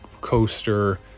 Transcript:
coaster